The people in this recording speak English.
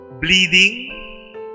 bleeding